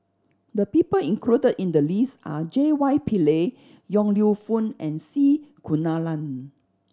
the people included in the list are J Y Pillay Yong Lew Foong and C Kunalan